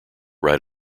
right